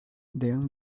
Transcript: then